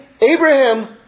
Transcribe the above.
Abraham